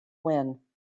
when